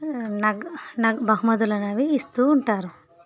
నగ్ నగ్ బహుమతులు అనేవి ఇస్తూ ఉంటారు